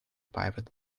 pivot